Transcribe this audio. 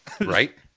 Right